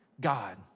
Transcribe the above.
God